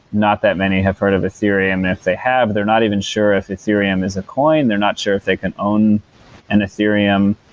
not that many have heard of ethereum. if they have, they're not even sure if ethereum is a coin. they're not sure if they can own an ethereum.